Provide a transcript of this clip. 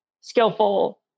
skillful